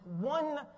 one